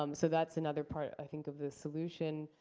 um so that's another part, i think, of the solution.